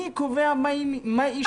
הוא מי קובע מהי שוויויניות.